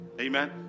Amen